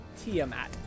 Tiamat